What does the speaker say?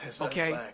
Okay